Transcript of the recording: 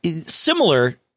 similar